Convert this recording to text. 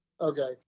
Okay